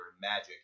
Magic